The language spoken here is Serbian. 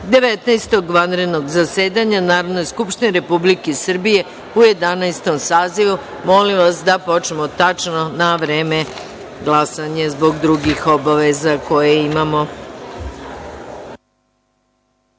vanrednog zasedanja Narodne skupštine Republike Srbije u Jedanaestom sazivu. Molim vas da počnemo tačno na vreme glasanje, zbog drugih obaveza koje imamo.(Posle